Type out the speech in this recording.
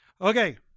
Okay